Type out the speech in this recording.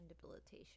debilitation